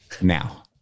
now